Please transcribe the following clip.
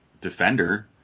defender